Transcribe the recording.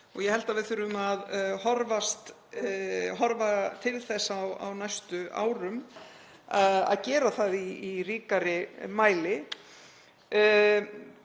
Ég held að við þurfum að horfa til þess á næstu árum að gera það í ríkari mæli.